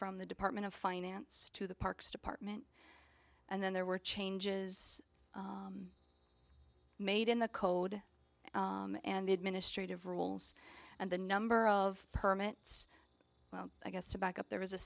from the department of finance to the parks department and then there were changes made in the code and the administrative roles and the number of permits well i guess to back up there was a